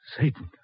Satan